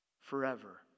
forever